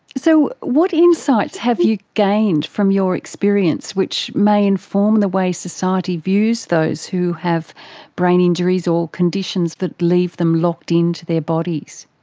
so what insights have you gained from your experience which may inform the way society views those who have brain injuries or conditions that leave them locked in to their bodies?